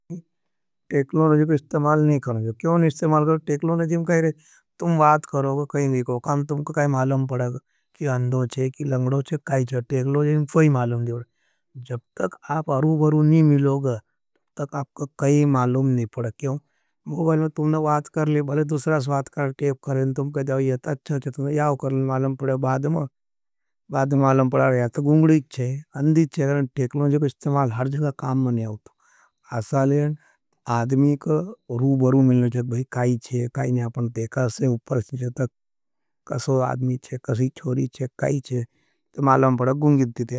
तेकलों जब इस्तेमाल नहीं करके, क्यों नहीं इस्तेमाल करके? तेकलों जब कही रहे, तुम वात करोग, कही नहीं करोग, काम तुमका काई मालम पड़ाग। जब तक आप अरू बरू नहीं मिलोग, तक आपका काई मालम नहीं पड़ाग, क्यों? मुझे तुमने वात करले। भले दुसरास वात करें, टेप करें, तुम कहे जाओ, यह तच्छ है, तुमने याव करने मालम पड़ा रहे। बाद मालम पड़ा रहे, तो गुंग्रीच्छे, अंधीच्छे, क्यों तेकलों जब इस्तेमाल हर जगा काम में नहीं आउत आदमी का रूबरू मिलने चाहते हैं। काई चे, काई ने आपने देखा हैं, उपर हैं चाहते हैं, कसो आदमी चे, कसी चोरी चे, काई चे, तो मालम बड़ा गुंगित दिते हैं।